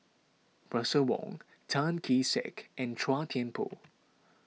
Russel Wong Tan Kee Sek and Chua Thian Poh